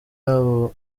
abo